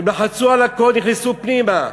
הם לחצו על הקוד, נכנסו פנימה.